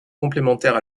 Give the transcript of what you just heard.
complémentaire